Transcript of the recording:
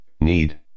need